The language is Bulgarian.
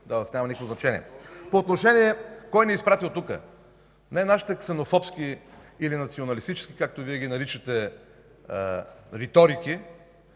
но това няма никакво значение По отношение на това кой ни е изпратил тук. Не нашите ксенофобски или националистически, както Вие ги наричате, риторики,